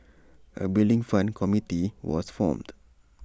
A Building Fund committee was formed